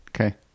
okay